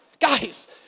guys